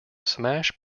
smash